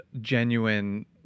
genuine